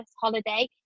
holiday